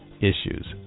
issues